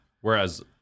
Whereas